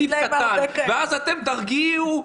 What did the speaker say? ואז אתם תרגיעו,